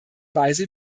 weise